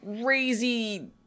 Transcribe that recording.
crazy